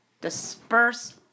Disperse